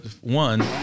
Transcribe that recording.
one